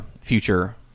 future